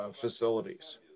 facilities